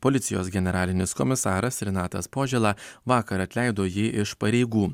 policijos generalinis komisaras renatas požėla vakar atleido jį iš pareigų